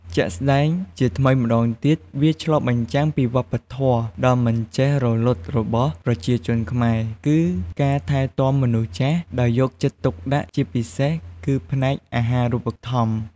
ជាក់់ស្ដែង ជាថ្មីម្ដងទៀតវាឆ្លុះបញ្ចាំងពីវប្បធម៌ដ៏មិនចេះរលត់របស់ប្រជាជនខ្មែរ គឺការថែទាំមនុស្សចាស់ ដោយយកចិត្តទុកដាក់ជាពិសេសគឺផ្នែកអាហារូបត្ថម្ភ។